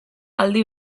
aldi